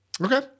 Okay